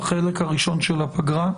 בחלק הראשון של הפגרה,